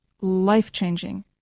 life-changing